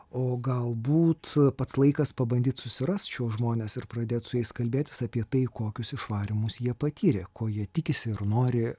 o galbūt pats laikas pabandyt susirast šiuos žmones ir pradėt su jais kalbėtis apie tai kokius išvarymus jie patyrė ko jie tikisi ir nori